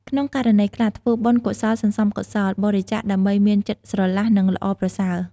ក្នុងករណីខ្លះ ធ្វើបុណ្យកុសលសន្សំកុសល បរិច្ចាគដើម្បីមានចិត្តស្រឡះនិងល្អប្រសើរ។